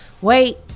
wait